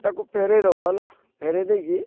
ତାକୁ ଫେରେଇଦବ ହେଲା ଫେରେଇ ଦେଇକି